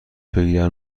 بگیرن